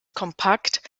kompakt